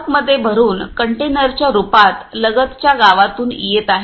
ट्रकमध्ये भरून कंटेनरच्या रुपात लगतच्या गावातून येत आहेत